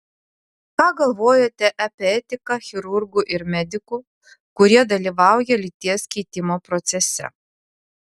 ką galvojate apie etiką chirurgų ir medikų kurie dalyvauja lyties keitimo procese